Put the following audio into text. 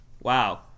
Wow